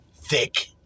thick